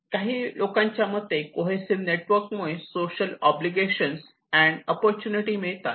काही लोकांच्या मते कोहेसिव्ह नेटवर्क मुळे सोशल ऑब्लिगशन अँड अपॉर्च्युनिटी मिळतात